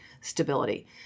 stability